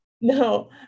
No